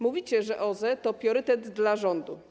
Mówicie, że OZE to priorytet dla rządu.